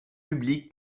publiques